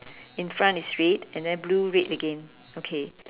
in front is red and then blue red again okay